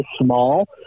small